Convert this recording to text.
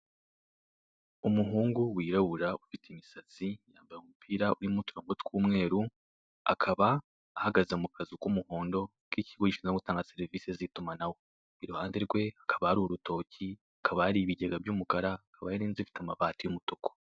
Umuhungu wirabura, ufite imisatsi, yambaye umupira urimo uturongo tw'umweru, akaba ahagaze mu kazu k'umuhondo, k'ikigo gishinzwe gutanga serivise z'itumanaho. Iruhande rwe hakaba hari urutoki, hakaba hari ibigega by'umukara, hakaba hari n'inzu ifite amabati y'umutuku.